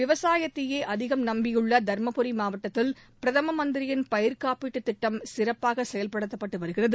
விவசாயத்தையே அதிகம் நம்பியுள்ள தர்மபுரி மாவட்டத்தில் பிரதம மந்திரியின் பயிர் காப்பீட்டுத் திட்டம் சிறப்பாக செயல்படுத்தப்பட்டு வருகிறது